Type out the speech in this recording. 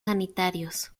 sanitarios